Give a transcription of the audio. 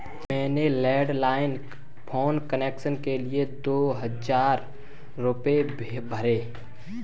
मैंने landline phone connection के लिए दो हजार रुपए भरे